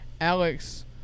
Alex